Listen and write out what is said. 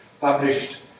published